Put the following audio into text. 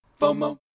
FOMO